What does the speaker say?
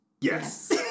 Yes